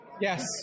Yes